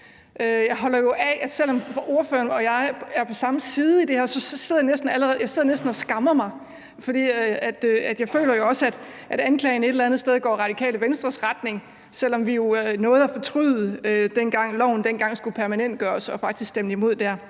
Selv om ordføreren og jeg er på samme side i det her, sidder jeg næsten og skammer mig, for jeg føler jo også, at anklagen et eller andet sted går i Radikale Venstres retning, selv om vi nåede at fortryde det, dengang loven skulle permanentgøres, og faktisk stemte imod dér.